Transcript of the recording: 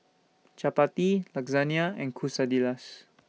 Chapati Lasagna and Quesadillas